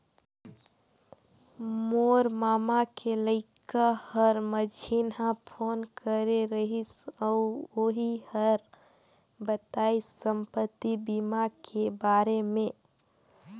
मोर ममा के लइका हर मंझिन्हा फोन करे रहिस अउ ओही हर बताइस संपति बीमा के बारे मे